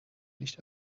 nicht